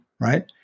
right